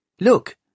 Look